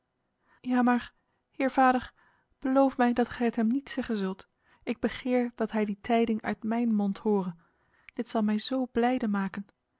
ja maar heer vader beloof mij dat gij het hem niet zeggen zult ik begeer dat hij die tijding uit mijn mond hore dit zal mij zo blijde maken